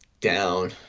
Down